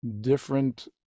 different